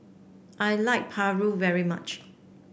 I like paru very much